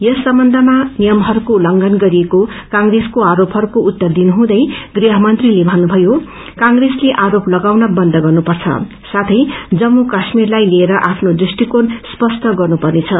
यस सम्वन्धमा नियमहरूको उत्त्वर्षन गरिएको कांग्रेसको आरोपहरूको उत्तर दिनहँदै गहमंत्रीले थन्नुथयो कांग्रेसले आरोप लगाउन बन्द गर्नुपर्छ साथै जम्मू काश्मीरलाइलिएर आफ्नो दृष्टिकोण स्पष्ट गर्नुपर्छ